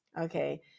Okay